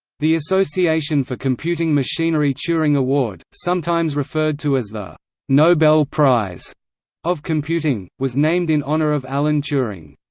the association for computing machinery turing award, sometimes referred to as the nobel prize of computing, was named in honor of alan turing.